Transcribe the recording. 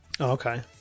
Okay